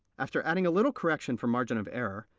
after adding a little correction for margin of error,